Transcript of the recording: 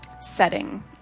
setting